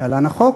להלן: החוק,